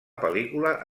pel·lícula